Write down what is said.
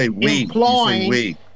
employing